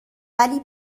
ولی